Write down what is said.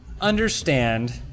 understand